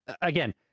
Again